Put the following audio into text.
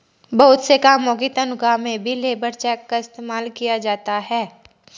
बहुत से कामों की तन्ख्वाह में भी लेबर चेक का इस्तेमाल किया जाता है